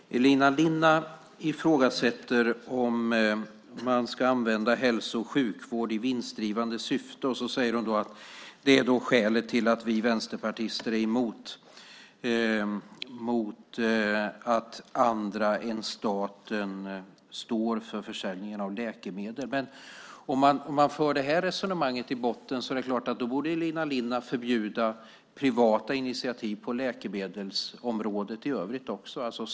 Fru talman! Elina Linna ifrågasätter att man ska använda hälso och sjukvård i vinstdrivande syfte och säger att det är skälet till att Vänsterpartiet är emot att andra än staten står för försäljningen av läkemedel. Men om man för det här resonemanget i botten är det klart att Elina Linna borde förespråka förbud av privata initiativ på läkemedelsområdet i övrigt också.